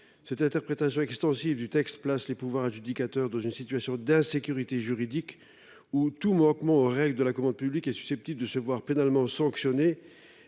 Cette interprétation extensive du texte place les pouvoirs adjudicateurs non seulement dans une situation d’insécurité juridique dans laquelle tout manquement aux règles de la commande publique est susceptible de se voir pénalement sanctionné,